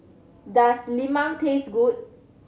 does lemang taste good